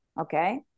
okay